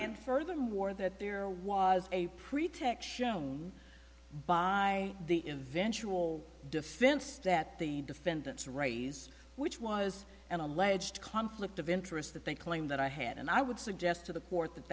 and furthermore that there was a pretext shown by the eventually defense that the defendant's right which was an alleged conflict of interest that they claimed that i had and i would suggest to the court that